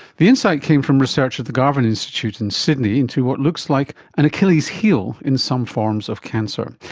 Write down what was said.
the insight came from research at the garvan institute in sydney into what looks like an achilles heel in some forms of cancer.